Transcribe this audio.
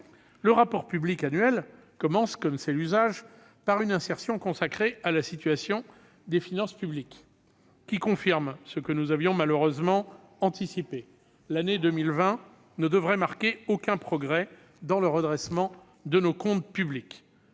Le rapport public annuel commence, comme c'est l'usage, par une insertion consacrée à la situation des finances publiques, qui confirme ce que nous avions malheureusement anticipé : l'année 2020 ne devrait marquer aucun progrès dans le redressement de nos comptes publics.